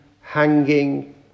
hanging